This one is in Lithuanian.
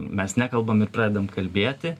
mes nekalbam ir pradedam kalbėti